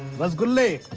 rasgullas.